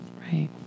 Right